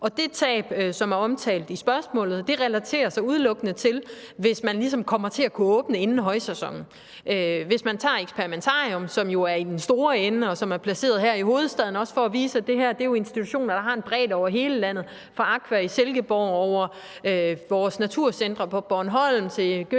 og det tab, som er omtalt i spørgsmålet, relaterer sig udelukkende til, at man ligesom kommer til at kunne åbne inden højsæsonen. Hvis man tager Eksperimentarium, som jo er i den store ende, og som er placeret her i hovedstaden – også for at sige, at det her jo er institutioner, der har en bredde over hele landet fra AQUA i Silkeborg over vores naturcentre på Bornholm til